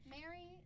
Mary